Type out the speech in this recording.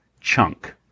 Chunk